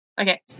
Okay